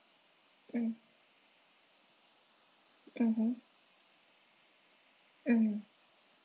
mm mmhmm mm